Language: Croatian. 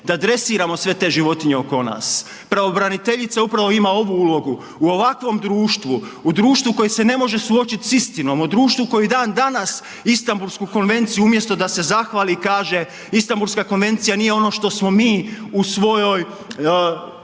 da dresiramo sve te životinje oko nas. Pravobraniteljica upravo ima ovu ulogu u ovakvom društvu, u društvu koje se ne može suočiti sa istinom, u društvu koji dan danas Istanbulsku konvenciju umjesto da se zahvali i kaže Istanbulska konvencija nije ono što smo mi u svojoj